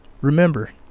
Remember